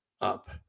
up